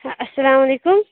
اسلام علیکُم